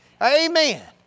Amen